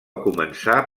començar